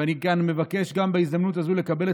ואני גם מבקש בהזדמנות הזו לקבל את